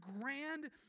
grand